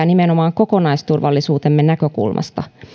nimenomaan kokonaisturvallisuutemme näkökulmasta